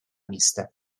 mista